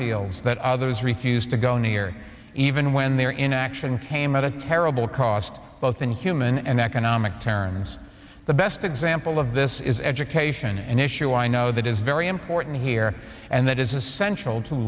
ields that others refused to go near even when their inaction came at a terrible cost both in human and economic terms the best example of this is education an issue i know that is very important here and that is essential to